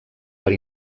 per